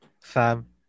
Fam